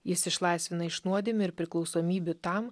jis išlaisvina iš nuodėmių ir priklausomybių tam